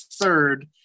third